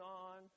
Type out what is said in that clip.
on